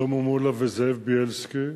שלמה מולה וזאב בילסקי,